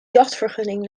jachtvergunning